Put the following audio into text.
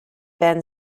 been